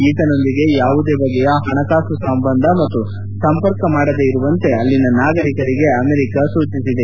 ಈತನೊಂದಿಗೆ ಯಾವುದೇ ಬಗೆಯ ಹಣಕಾಸು ಸಂಬಂಧ ಮತ್ತು ಸಂಪರ್ಕ ಮಾಡದೆ ಇರುವಂತೆ ಅಲ್ಲಿನ ನಾಗರಿಕರಿಗೆ ಅಮೆರಿಕಾ ಸೂಚಿಸಿದೆ